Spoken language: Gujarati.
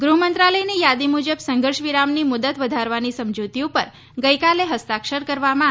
ગૃહમંત્રાલયની યાદી મુજબ સંઘર્ષ વિરામની મુદ્દત વધારવાની સમજૂતી ઉપર ગઈકાલે ફસ્તાક્ષર કરવામાં આવ્યા હતા